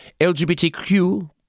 LGBTQ